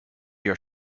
your